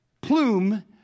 plume